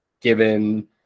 given